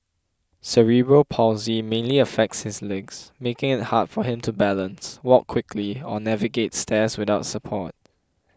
cerebral palsy mainly affects his legs making it hard for him to balance walk quickly or navigate stairs without support